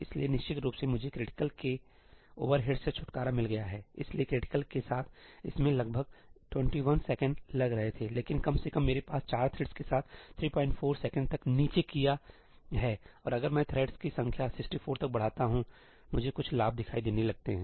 इसलिए निश्चित रूप से मुझे क्रिटिकल critical के ओवरहेड्स से छुटकारा मिल गया हैइसलिए क्रिटिकल के साथ इसमें लगभग 21 सेकंड लग रहे थे लेकिन कम से कम मेरे पास 4 थ्रेडस के साथ 34 सेकंड तक नीचे किया है और अगर मैं थ्रेड्स की संख्या 64 तक बढ़ाता हूंमुझे कुछ लाभ दिखाई देने लगते हैं